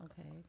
Okay